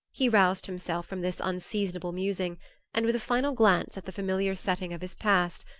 he roused himself from this unseasonable musing and with a final glance at the familiar setting of his past,